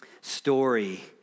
story